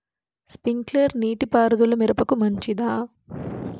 Sprinkler నీటిపారుదల మిరపకు మంచిదా?